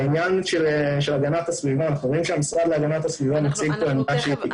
אנחנו רואים שהמשרד להגנת הסביבה מציעים --- אנחנו